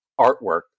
artwork